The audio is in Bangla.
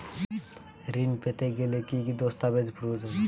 ঋণ পেতে গেলে কি কি দস্তাবেজ প্রয়োজন?